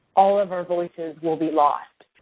all of our voices will be lost.